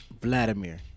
Vladimir